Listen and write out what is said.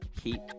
keep